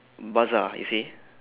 bazaar you see